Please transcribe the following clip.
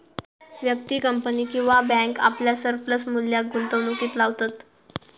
व्यक्ती, कंपनी किंवा बॅन्क आपल्या सरप्लस मुल्याक गुंतवणुकीत लावतत